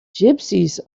gypsies